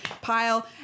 pile